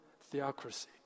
theocracy